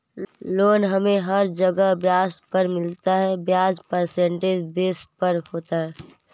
loan हमे हर जगह ब्याज पर मिलता है ब्याज परसेंटेज बेस पर होता है